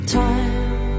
time